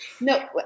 No